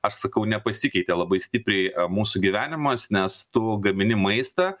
aš sakau nepasikeitė labai stipriai mūsų gyvenimas nes tu gamini maistą